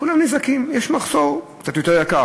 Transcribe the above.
כולם נזעקים, יש מחסור, קצת יותר יקר.